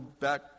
back